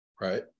Right